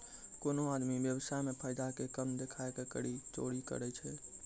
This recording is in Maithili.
कोनो आदमी व्य्वसाय मे फायदा के कम देखाय के कर चोरी करै छै